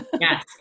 Yes